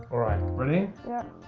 alright, ready? yep.